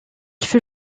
fut